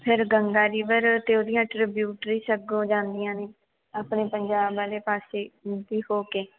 ਫਿਰ ਗੰਗਾ ਰਿਵਰ 'ਤੇ ਉਹਦੀਆਂ ਟਰੀਬਿਊਟਰਸ ਅੱਗੋਂ ਜਾਂਦੀਆਂ ਨੇ ਆਪਣੇ ਪੰਜਾਬ ਵਾਲੇ ਪਾਸੇ ਦੀ ਹੋ ਕੇ